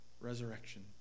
resurrection